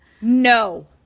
No